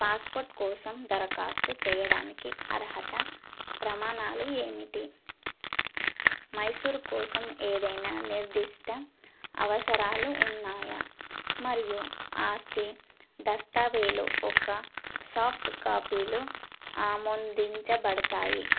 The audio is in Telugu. పాస్పోర్ట్ కోసం దరఖాస్తు చెయ్యడానికి అర్హత ప్రమాణాలు ఏమిటి మైసూర్ కోసం ఏదైనా నిర్దిష్ట అవసరాలు ఉన్నాయా మరియు ఆస్తి దస్తావేలు ఒక సాఫ్ట్ కాపీలు ఆమోదించబడతాయి